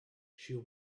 she